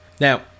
now